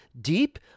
deep